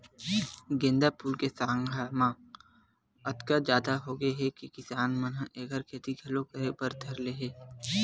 गोंदा फूल के मांग ह अतका जादा होगे हे कि किसान मन ह एखर खेती घलो करे बर धर ले हे